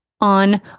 on